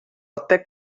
até